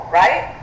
right